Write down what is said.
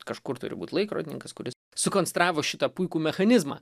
kažkur turi būt laikrodininkas kuris sukonstravo šitą puikų mechanizmą